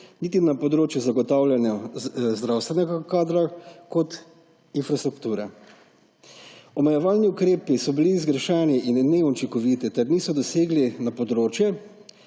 niti na področju zagotavljanja zdravstvenega kadra kot infrastrukture. Omejevalni ukrepi so bili zgrešeni in neučinkoviti ter niso posegli na področje,